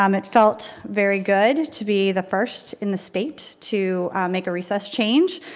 um it felt very good to be the first in the state to make a recess change.